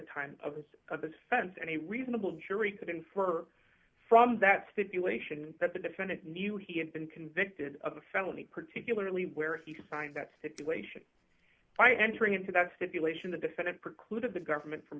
this of this fence and a reasonable jury could infer from that stipulation that the defendant knew he had been convicted of a felony particularly where he signed that stipulation by entering into that stipulation the defendant precluded the government from